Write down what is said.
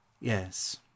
Yes